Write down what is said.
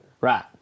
Right